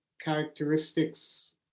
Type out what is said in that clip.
characteristics